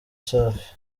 safi